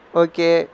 okay